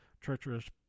treacherous